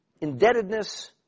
indebtedness